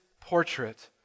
portrait